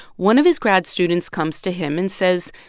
one of his grad students comes to him and says,